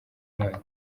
mwaka